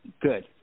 Good